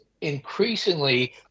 increasingly